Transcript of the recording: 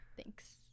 Thanks